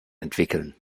entwickeln